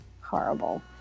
horrible